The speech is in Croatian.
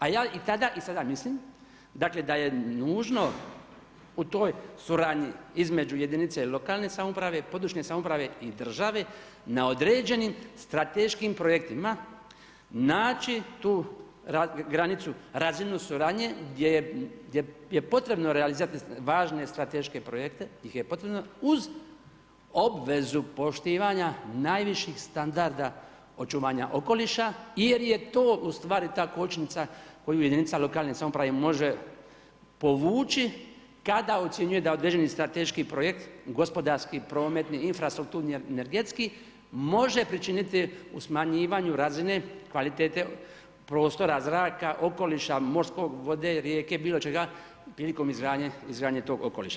A ja i tada i sada mislim da je nužno u toj suradnji između jedinica lokalne samouprave i područne samouprave i države na određenim strateškim projektima naći tu granicu razine suradnje gdje je potrebno realizirati važne strateške projekte ... uz obvezu poštivanja najviših standarda očuvanja okoliša jer je to u stvari ta kočnica koju jedinica lokalne samouprave može povući kada ocjenjuje da određeni strateški projekt gospodarski, prometni, infrastrukturni, energetski može pričiniti u smanjivanju razine kvalitete prostora, zraka, okoliša, morskog, vode, rijeke, bilo čega prilikom izgradnje tog okoliša.